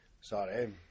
Sorry